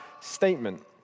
statement